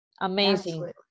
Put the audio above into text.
Amazing